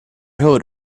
got